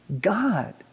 God